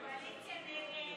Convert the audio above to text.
לוועדה את הצעת חוק הפעלת